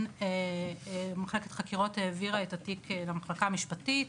אבל מחלקת החקירות העבירה את התיק למחלקה המשפטית.